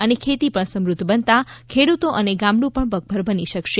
અને ખેતી પણ સમૃધ્ધ બનતા ખેડૂતો અને ગામડું પણ પગભર બની શકશે